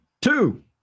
two